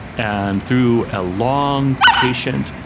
and through a long, patient,